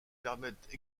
permettent